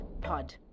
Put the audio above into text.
pod